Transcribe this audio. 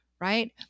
right